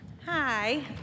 Hi